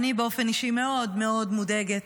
אני באופן אישי מאוד מאוד מודאגת